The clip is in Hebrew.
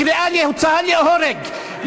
לקריאה להוצאה להורג,